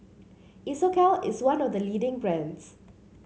Isocal is one of the leading brands